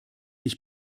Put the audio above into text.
ich